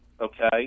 okay